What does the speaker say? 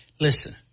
listen